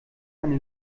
eine